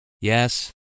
Yes